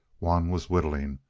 one was whittling,